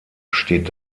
steht